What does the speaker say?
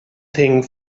thing